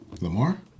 Lamar